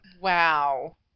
Wow